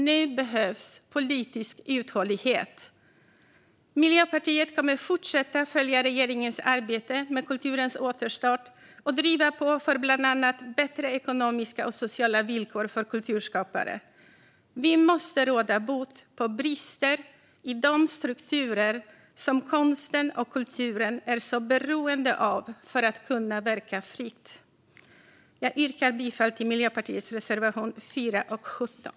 Nu behövs politisk uthållighet. Miljöpartiet kommer att fortsätta följa regeringens arbete med kulturens återstart och driva på för bland annat bättre ekonomiska och sociala villkor för kulturskapare. Vi måste råda bot på brister i de strukturer som konsten och kulturen är så beroende av för att kunna verka fritt. Jag yrkar bifall till Miljöpartiets reservationer 4 och 17.